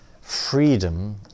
freedom